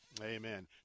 Amen